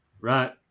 Right